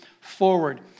forward